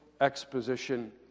exposition